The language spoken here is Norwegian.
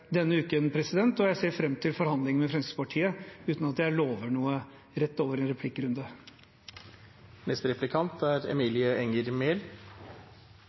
denne uken. Jeg ser fram til forhandlingene med Fremskrittspartiet, uten at jeg lover noe i en replikkrunde.